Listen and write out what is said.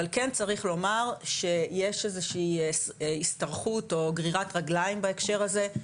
אבל כן צריך לומר שיש איזו שהיא השתרכות או גרירת רגליים בהקשר הזה,